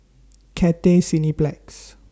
Cathay Cineplex